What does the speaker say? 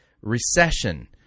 recession